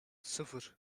sıfır